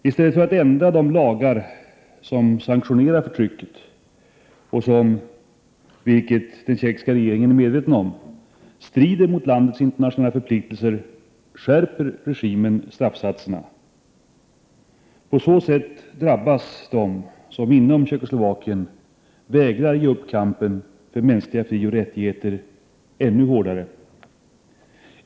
I stället för att ändra de lagar som sanktionerar förtrycket och som — vilket den tjeckoslovakiska regeringen är medveten om — strider mot landets internationella förpliktelser, skärper regimen straffsatserna. På så sätt drabbas de som inom Tjeckoslovakien vägrar ge upp kampen för mänskliga frioch rättigheter ännu hårdare.